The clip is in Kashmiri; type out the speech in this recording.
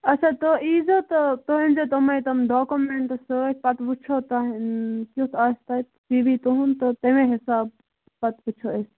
اچھا تُہۍ ییٖزیٚو تہٕ تُہۍ أنزیٚو تمے تم ڈاکمنٹس سۭتۍ پَتہٕ وچھو تۄہہِ کیُتھ آسہِ تَتہِ سی وی تُہنٛد تہٕ تمے حِسابہ پَتہٕ وٕچھو أسۍ